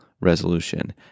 resolution